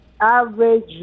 average